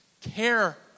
care